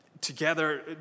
together